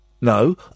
No